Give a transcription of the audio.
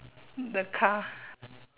the car